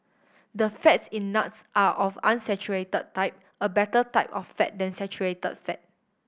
the fats in nuts are of unsaturated type a better type of fat than saturated fat